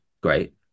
great